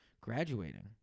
graduating